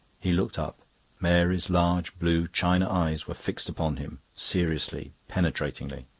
he looked up mary's large blue china eyes were fixed upon him, seriously, penetratingly.